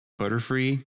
Butterfree